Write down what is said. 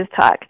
talk